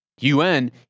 UN